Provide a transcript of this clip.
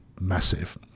massive